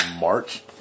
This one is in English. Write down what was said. March